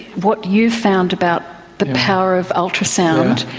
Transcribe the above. what you've found about the power of ultrasound,